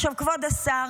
כבוד השר,